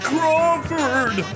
Crawford